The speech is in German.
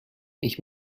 ich